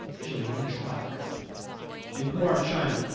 she'll even try a cup in pu'er, china,